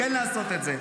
כן לעשות את זה,